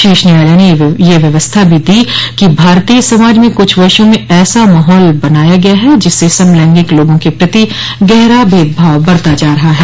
शीर्ष न्यायालय ने यह व्यवस्था भी दी कि भारतीय समाज में कुछ वर्षों में ऐसा माहौल बनाया गया है कि जिससे समलैंगिक लोगों के प्रति गहरा भेदभाव बरता जा रहा है